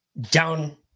down